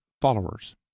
followers